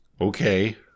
Okay